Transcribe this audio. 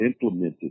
implemented